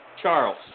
Charles